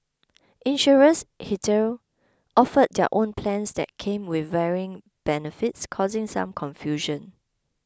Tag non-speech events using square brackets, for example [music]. insurers [unintelligible] offered their own plans that came with varying benefits causing some confusion